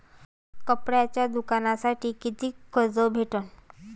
कापडाच्या दुकानासाठी कितीक कर्ज भेटन?